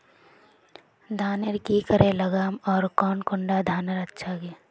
धानेर की करे लगाम ओर कौन कुंडा धानेर अच्छा गे?